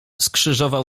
skrzyżował